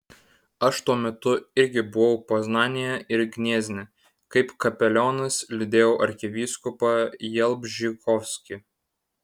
aš tuo metu irgi buvau poznanėje ir gniezne kaip kapelionas lydėjau arkivyskupą jalbžykovskį